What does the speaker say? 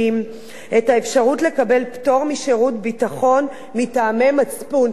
את האפשרות לקבל פטור משירות ביטחון מטעמי מצפון.